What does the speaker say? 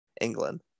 England